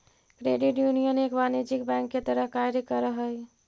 credit union एक वाणिज्यिक bank के तरह कार्य करऽ हइ